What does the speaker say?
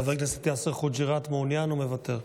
חבר הכנסת יאסר חוג'יראת, מעוניין או מוותר?